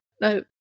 no